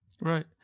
Right